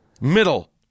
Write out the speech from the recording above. Middle